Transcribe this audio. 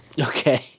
Okay